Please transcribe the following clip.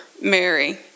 Mary